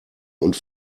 und